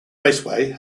raceway